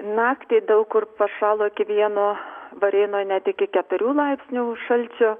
naktį daug kur pašalo iki vieno varėnoj net iki keturių laipsnių šalčio